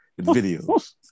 videos